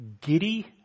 giddy